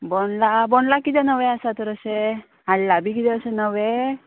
बोंडला बोंडला किदें नवें आसा तर अशें हाडलां बी किदें अशें नवें